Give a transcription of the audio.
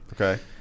Okay